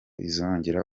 izongera